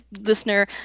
listener